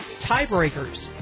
Tiebreakers